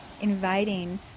inviting